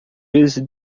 vezes